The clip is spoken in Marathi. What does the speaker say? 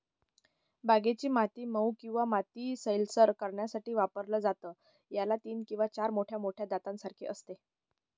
बागेची माती मऊ किंवा माती सैलसर करण्यासाठी वापरलं जातं, याला तीन किंवा चार मोठ्या मोठ्या दातांसारखे असते